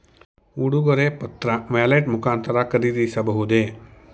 ಉಡುಗೊರೆ ಪತ್ರ ವ್ಯಾಲೆಟ್ ಮುಖಾಂತರ ಖರೀದಿಸಬಹುದೇ?